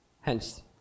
Hence